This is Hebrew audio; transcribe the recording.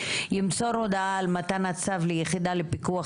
ימסור הודעה על מתן הצו ליחידה לפיקוח